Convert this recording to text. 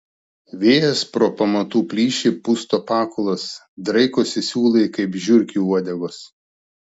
vėjas pro pamatų plyšį pusto pakulas draikosi siūlai kaip žiurkių uodegos